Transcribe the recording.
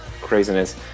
craziness